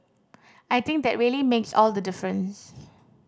I think that really makes all the difference